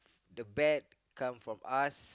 the bad come from us